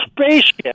spaceship